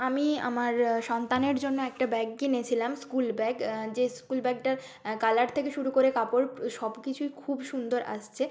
আমি আমার সন্তানের জন্য একটা ব্যাগ কিনেছিলাম স্কুল ব্যাগ যে স্কুল ব্যাগটার কালার থেকে শুরু করে কাপড় সব কিছুই খুব সুন্দর আসচে